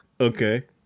Okay